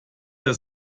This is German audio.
der